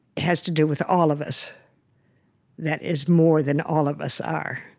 has to do with all of us that is more than all of us are